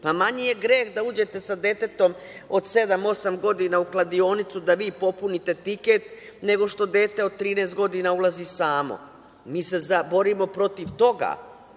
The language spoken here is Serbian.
Manji je greh da uđete sa detetom od sedam, osam godina u kladionicu, da vi popunite tiket, nego što dete od 13 godina ulazi samo. Mi se borimo protiv toga,